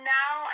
now